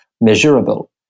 measurable